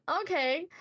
okay